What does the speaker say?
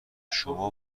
شما